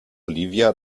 olivia